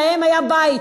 להם היה בית.